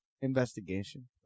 Investigation